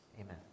Amen